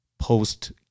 Post